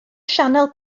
sianel